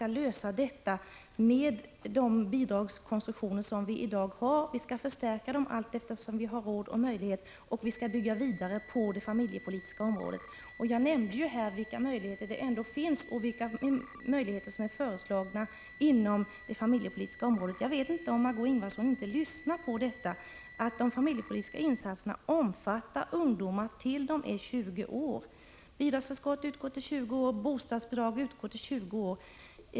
Vi skall förstärka dem allteftersom vi har råd och möjlighet, och vi skall bygga vidare på det familjepolitiska området. Jag nämnde här vilka möjligheter som ändå finns och vilka möjligheter som är föreslagna inom det familjepolitiska området. Jag vet inte om Margéö Ingvardsson lyssnade när jag sade att de familjepolitiska insatserna omfattar ungdomar tills de är 20 år. Bidragsförskott utgår till 20 års ålder, bostadsbidrag likaså.